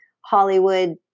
Hollywood